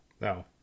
No